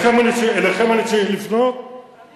אליכם אני צריך לפנות, אני תומכת.